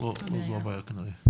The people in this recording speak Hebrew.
ווליד טאהא.